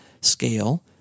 scale